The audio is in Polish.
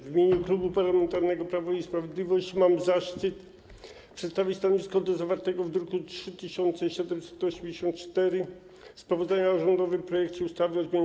W imieniu Klubu Parlamentarnego Prawo i Sprawiedliwość mam zaszczyt przedstawić stanowisko wobec zawartego druku nr 3784 sprawozdania o rządowym projekcie ustawy o zmianie